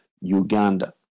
Uganda